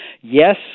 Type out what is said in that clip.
Yes